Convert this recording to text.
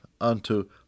unto